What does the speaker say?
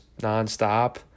nonstop